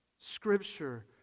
Scripture